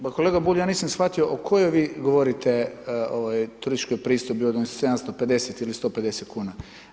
Pa kolega Bulj ja nisam shvatio o kojoj vi govorite turističkoj pristojbi od onih 750 ili 150 kuna?